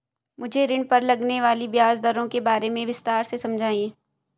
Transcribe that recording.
मुझे ऋण पर लगने वाली ब्याज दरों के बारे में विस्तार से समझाएं